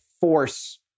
force